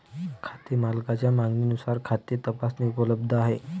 खाते मालकाच्या मागणीनुसार खाते तपासणी उपलब्ध आहे